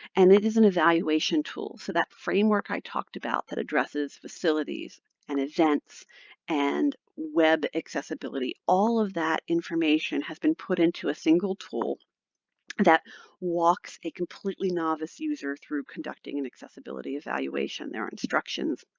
and it is an evaluation tool. so that framework i talked about that addresses facilities and events and web accessibility, all of that information has been put into a single tool that walks a completely novice user through conducting an and accessibility evaluation. there are instructions.